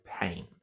pain